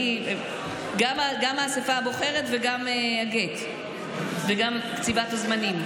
גם האספה הבוחרת וגם הגט, גם קציבת הזמנים.